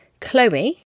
Chloe